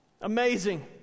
Amazing